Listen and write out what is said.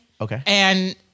Okay